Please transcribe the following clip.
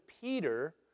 Peter